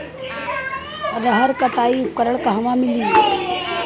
रहर कटाई उपकरण कहवा मिली?